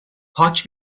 پاک